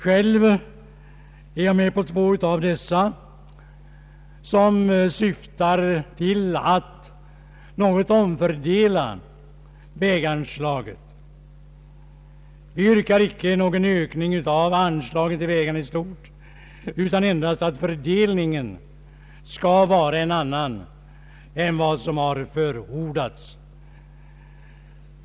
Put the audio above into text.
Själv är jag med på två av dessa. De syftar till att något omfördela väganslagen. Vi reservanter yrkar inte på någon ökning av anslagen till vägarna i stort utan endast att fördelningen skall vara en annan än som har förordats.